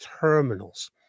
terminals